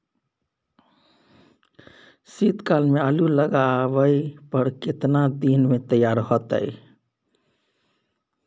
शीत काल में आलू लगाबय पर केतना दीन में तैयार होतै?